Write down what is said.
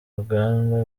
uruganda